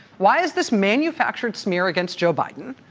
why is this manufactured smear against joe biden,